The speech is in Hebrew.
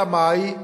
אלא מאי?